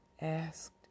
asked